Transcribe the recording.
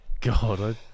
God